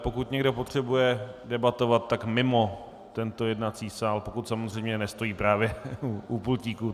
Pokud někdo potřebuje debatovat, tak mimo tento jednací sál, pokud samozřejmě nestojí právě u pultíku.